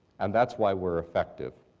and that's why we're effective.